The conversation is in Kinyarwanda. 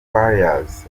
farious